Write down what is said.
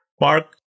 Mark